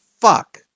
fuck